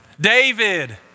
David